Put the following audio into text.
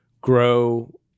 grow